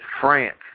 France